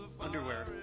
Underwear